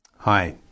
Hi